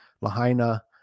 Lahaina